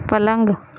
پلنگ